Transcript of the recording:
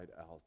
out